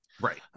Right